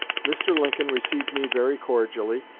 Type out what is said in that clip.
mr. lincoln received me very cordially,